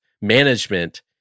management